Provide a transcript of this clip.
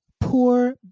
poor